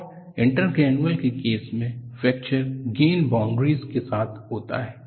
और इंटरग्रेनुलर के केस में फ्रैक्चर ग्रेन बाउन्ड्रीस के साथ होता है